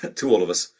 to to all of us.